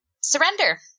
surrender